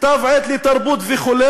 כתב-עת לתרבות וכו',